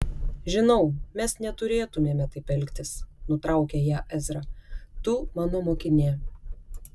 žinau mes neturėtumėme taip elgtis nutraukė ją ezra tu mano mokinė